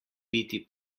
biti